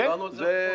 דיברנו על זה ארוכות.